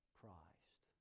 christ